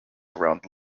around